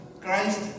Christ